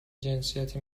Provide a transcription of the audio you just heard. جنسیتی